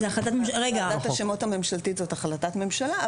ועדת השמות הממשלתית זאת החלטת ממשלה,